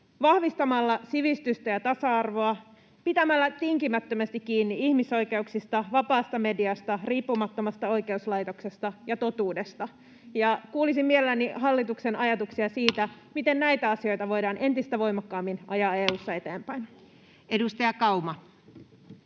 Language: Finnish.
vahvistamalla sivistystä ja tasa-arvoa, pitämällä tinkimättömästi kiinni ihmisoikeuksista, vapaasta mediasta, riippumattomasta oikeuslaitoksesta ja totuudesta. Kuulisin mielelläni hallituksen ajatuksia siitä, miten näitä asioita voidaan entistä voimakkaammin ajaa EU:ssa eteenpäin. [Speech 119]